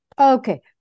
okay